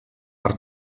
per